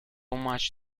much